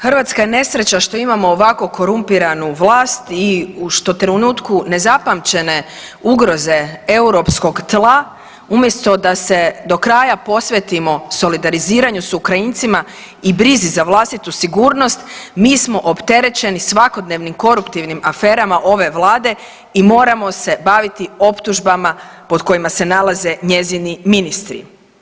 Hrvatska je nesreća što imamo ovako korumpiranu vlast i što u trenutku nezapamćene ugroze europskog tla, umjesto da se do kraja posvetimo solidariziranju s Ukrajincima i brizi za vlastitu sigurnost, mi smo opterećeni svakodnevnim koruptivnim aferama ove Vlade i moramo se baviti optužbama pod kojima se nalaze njezini ministri.